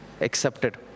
accepted